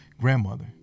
grandmother